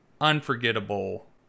unforgettable